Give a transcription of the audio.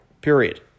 period